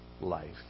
life